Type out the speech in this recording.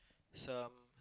some